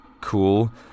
cool